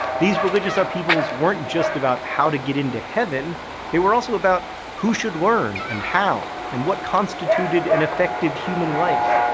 these religious upheavals weren't just about how to get into heaven they were also about who should learn and how, and what constituted an effective human life.